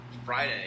Friday